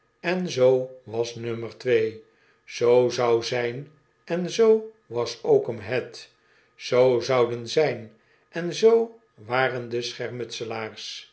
en zoo was nommer twee zoo zou zijn en zoo was oakum head zoo zouden zijn en zoo waren de